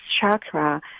chakra